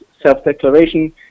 self-declaration